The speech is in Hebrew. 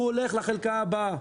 הוא הולך לחלקה הבאה.